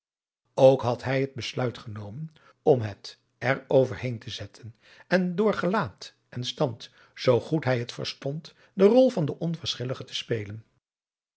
ook had hij het besluit genomen om het er over heen te zetten en door gelaat en stand zoo goed hij het verstond de rol van den onverschilligen te spelen